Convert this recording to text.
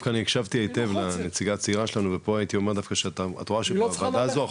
דווקא אני הקשבתי היטב לנציגה הצעירה שלנו ופה הייתי אומר שבוועדה הזו,